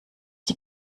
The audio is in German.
die